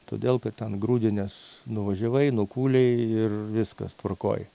todėl kad ten grūdinės nuvažiavai nukūlei ir viskas tvarkoj